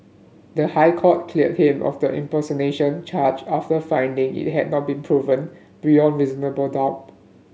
the High Court cleared him of the impersonation charge after finding it had not been proven beyond reasonable doubt